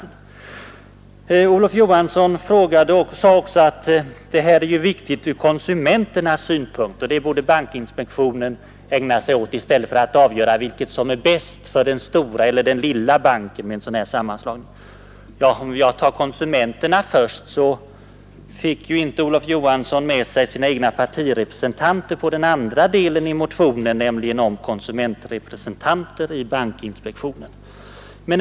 Herr Olof Johansson sade också att frågan är viktig ur konsumenternas synpunkt och att bankinspektionen borde ägna sig åt detta i stället för att avgöra vad som är bäst för den stora eller den lilla banken vid en sådan här sammanslagning. Om jag tar konsumenterna först får jag påpeka att herr Olof Johansson inte fick med sig sina egna partirepresentanter på den andra delen av sin motion som gällde konsumentrepresentanter i bankinspektionen.